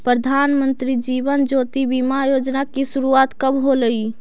प्रधानमंत्री जीवन ज्योति बीमा योजना की शुरुआत कब होलई